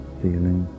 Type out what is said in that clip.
feeling